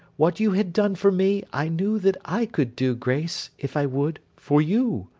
what you had done for me, i knew that i could do, grace, if i would, for you.